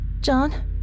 John